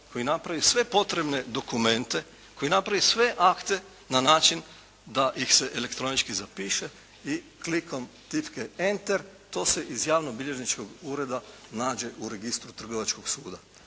koji napravi sve potrebne dokumente, koji napravi sve akte na način da ih se elektronički zapiše i klikom tipke enter to se iz javnobilježničkog ureda nađe u registru trgovačkog suda.